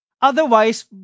Otherwise